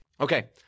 Okay